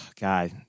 god